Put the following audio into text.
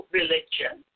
religion